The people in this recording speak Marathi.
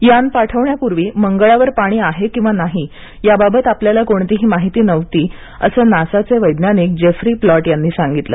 यान पाठवण्यापूर्वी मंगळावर पाणी आहे किंवा नाही याबाबत आपल्याला कोणतीही माहिती नव्हती असं नासाचे वैज्ञानिक जेफ्री प्लॉट यांनी सांगितलं